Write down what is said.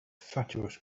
fatuous